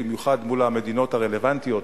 במיוחד מול המדינות הרלוונטיות,